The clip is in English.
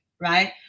right